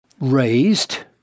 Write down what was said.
raised